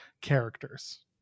characters